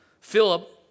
Philip